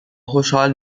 خوشحال